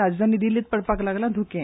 राजधानी दिल्लींत पडपाक लागलें ध्रके